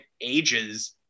ages